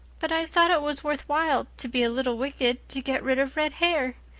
but i thought it was worth while to be a little wicked to get rid of red hair.